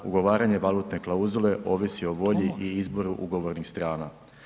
Ugovaranje valutne klauzule ovisi o volji i izboru ugovornih strana.